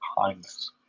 kindness